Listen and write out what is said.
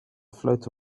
float